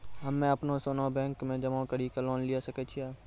हम्मय अपनो सोना बैंक मे जमा कड़ी के लोन लिये सकय छियै?